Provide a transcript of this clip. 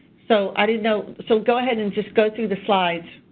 so i didn't know. so go ahead and just go through the slides.